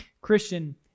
Christian